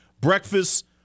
breakfast